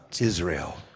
Israel